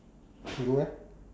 you go where